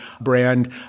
brand